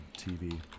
TV